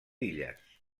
illes